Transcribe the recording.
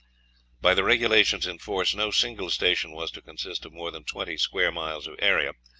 by the regulations in force no single station was to consist of more than twenty square miles of area,